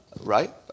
right